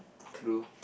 true